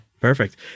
Perfect